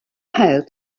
held